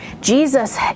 Jesus